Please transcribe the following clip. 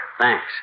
Thanks